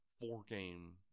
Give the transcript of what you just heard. four-game